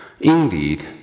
Indeed